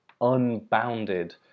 unbounded